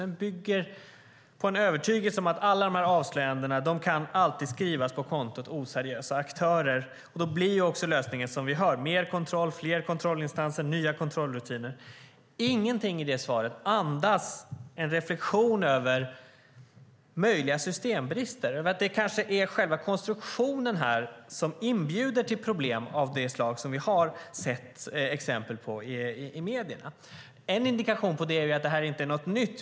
Det bygger på en övertygelse om att alla avslöjanden alltid kan skrivas på kontot "oseriösa aktörer". Då blir också lösningen, som vi hör, mer kontroll, fler kontrollinstanser och nya kontrollrutiner. Ingenting i svaret andas en reflexion över möjliga systembrister, över att det kanske är själva konstruktionen som inbjuder till problem av det slag som vi har sett exempel på i medierna. En indikation på det är att det här inte är något nytt.